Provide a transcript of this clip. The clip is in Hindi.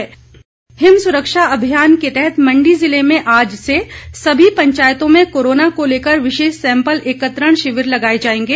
ऋगवेद हिम सुरक्षा अभियान के तहत मंडी ज़िले में आज से सभी पंचायतों में कोरोना को लेकर विशेष सैंपल एकत्रण शिविर लगाए जाएंगे